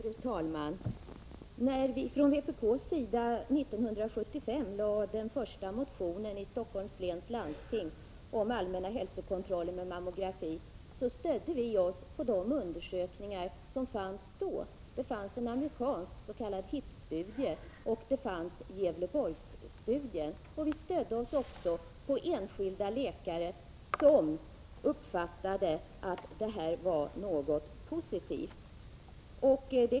Fru talman! När vi från vpk:s sida 1975 i Stockholms läns landsting väckte den första motionen om allmänna hälsokontroller med mammografi stödde vi oss på de undersökningar som fanns då: en amerikansk s.k. HIP-studie och Gävleborgsstudien. Vi stödde oss också på enskilda läkare som menade att det här varit något positivt.